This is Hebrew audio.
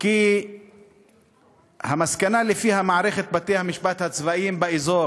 כי המסקנה שלפיה מערכת בתי-המשפט הצבאיים באזור